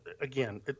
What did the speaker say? again